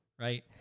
right